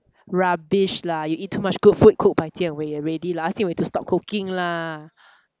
rubbish lah you eat too much good food cooked by jian wei already lah ask jian wei to stop cooking lah